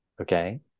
okay